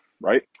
right